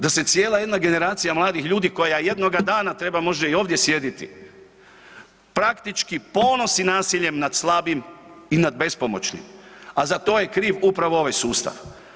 Da se cijela jedna generacija mladih ljudi koja jednoga dana treba možda i ovdje sjediti, praktički ponosi nasiljem nad slabijim i nad bespomoćnim, a za to je kriv upravo ovaj sustav.